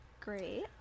Great